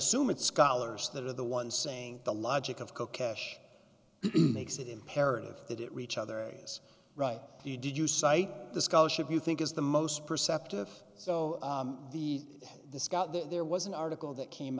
assume it's scholars that are the ones saying the logic of coke makes it imperative that it reach other areas right you did you cite the scholarship you think is the most perceptive so the scott there was an article that came